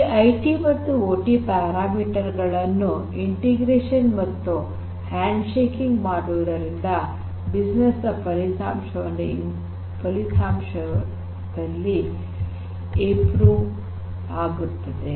ಈ ಐಟಿ ಮತ್ತು OT parameter ಗಳನ್ನು ಇಂಟಿಗ್ರೇಷನ್ ಮತ್ತು ಹ್ಯಾಂಡ್ ಶೇಕಿಂಗ್ ಮಾಡುವುದರಿಂದ ಬಿಸಿನೆಸ್ ನ ಫಲಿತಾಂಶ ಸುಧಾರಿಸುತ್ತದೆ